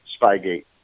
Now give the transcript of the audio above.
Spygate